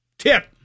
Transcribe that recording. Tip